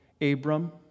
Abram